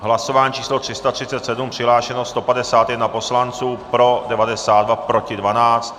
Hlasování číslo 337, přihlášeno 151 poslanců, pro 92, proti 12.